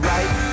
Right